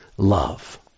love